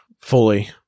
fully